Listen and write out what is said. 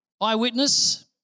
Eyewitness